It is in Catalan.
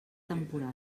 temporal